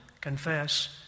confess